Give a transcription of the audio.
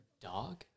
Dog